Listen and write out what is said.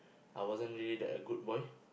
I wasn't really that a good boy